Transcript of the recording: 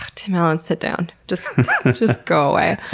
tim allen, sit down. just just go away